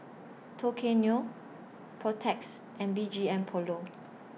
Tao Kae Noi Protex and B G M Polo